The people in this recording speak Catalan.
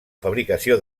fabricació